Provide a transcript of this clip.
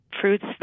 fruits